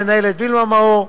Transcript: המנהלת וילמה מאור,